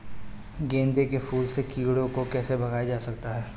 गेंदे के फूल से कीड़ों को कैसे भगाया जा सकता है?